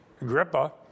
Agrippa